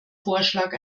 vorschlag